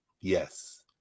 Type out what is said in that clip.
Yes